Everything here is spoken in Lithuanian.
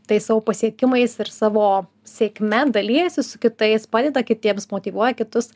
tais savo pasiekimais ir savo sėkme dalijasi su kitais padeda kitiems motyvuoja kitus